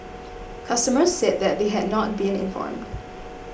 customers said that they had not been informed